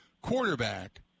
quarterback